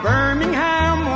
Birmingham